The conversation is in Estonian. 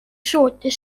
suutis